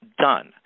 done